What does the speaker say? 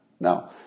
No